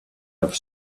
have